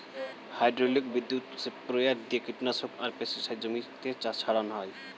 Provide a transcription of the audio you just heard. hydraulic বৈদ্যুতিক sprayer দিয়ে কীটনাশক আর পেস্টিসাইড জমিতে ছড়ান হয়